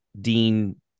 Dean